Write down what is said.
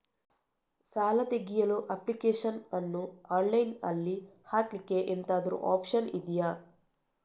ಸಾಲ ತೆಗಿಯಲು ಅಪ್ಲಿಕೇಶನ್ ಅನ್ನು ಆನ್ಲೈನ್ ಅಲ್ಲಿ ಹಾಕ್ಲಿಕ್ಕೆ ಎಂತಾದ್ರೂ ಒಪ್ಶನ್ ಇದ್ಯಾ?